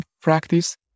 practice